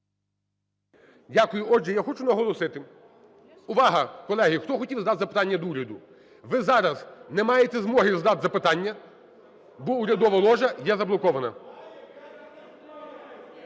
Дякую. Отже, я хочу наголосити… Увага! Колеги, хто хотів задавати питання до уряду, ви зараз не маєте змоги задати запитання, бо урядова ложа є заблокована.